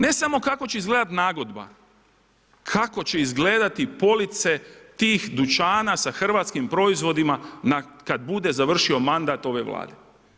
Ne samo kako će izgledati nagodba, kako će izgledati police tih dućana sa hrvatskim proizvodima kad bude završio mandat ove Vlade?